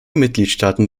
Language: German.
mitgliedstaaten